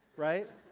right?